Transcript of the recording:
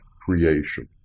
creation